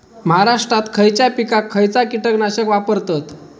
महाराष्ट्रात खयच्या पिकाक खयचा कीटकनाशक वापरतत?